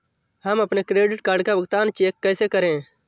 हम अपने credit card का भुगतान चेक से कैसे करें?